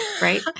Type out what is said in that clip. Right